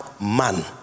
man